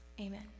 Amen